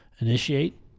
initiate